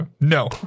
no